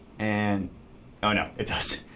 and oh no. it does.